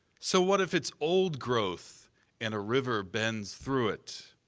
so what if it's old growth and a river bends through it?